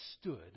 stood